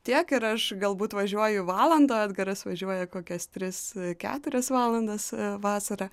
tiek ir aš galbūt važiuoju valandą o edgaras važiuoja kokias tris keturias valandas vasarą